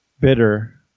bitter